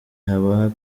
haba